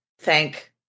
thank